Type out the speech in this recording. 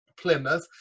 Plymouth